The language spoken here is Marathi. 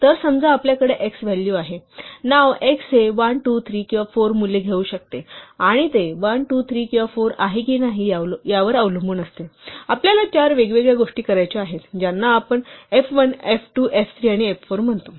तर समजा आपल्याकडे x व्हॅल्यू आहे नाव x हे 1 2 3 किंवा 4 मूल्य घेऊ शकते आणि ते 1 2 3 किंवा 4 आहे की नाही यावर अवलंबून असते आपल्याला चार वेगवेगळ्या गोष्टी करायच्या आहेत ज्यांना आपण f1 f2 f3 आणि f4 म्हणतो